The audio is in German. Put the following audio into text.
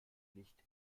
nicht